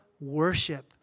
worship